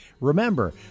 Remember